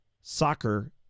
soccer